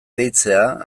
deitzea